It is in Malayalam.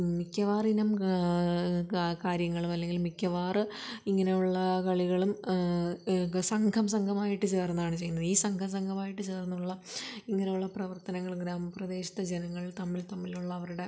മിക്കവാറിനം കാര്യങ്ങളും അല്ലെങ്കില് മിക്കവാറും ഇങ്ങനെ ഉള്ള കളികളും ഈ സംഘം സംഘമായിട്ട് ചേർന്നാണ് ചെയ്യുന്നത് ഈ സംഘം സംഘമായിട്ട് ചേർന്നുള്ള ഇങ്ങനുള്ള പ്രവർത്തങ്ങൾ ഗ്രാമപ്രദേശത്തെ ജനങ്ങൾ തമ്മിൽ തമ്മിലുള്ള അവരുടെ